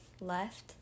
left